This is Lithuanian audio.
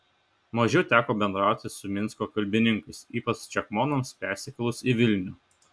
mažiau teko bendrauti su minsko kalbininkais ypač čekmonams persikėlus į vilnių